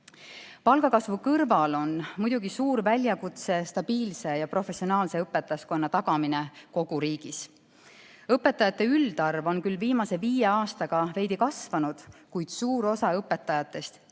Palgakasvu kõrval on muidugi suur väljakutse stabiilse ja professionaalse õpetajaskonna tagamine kogu riigis. Õpetajate üldarv on küll viimase viie aastaga veidi kasvanud, kuid suur osa õpetajatest ei